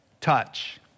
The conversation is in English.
touch